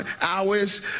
hours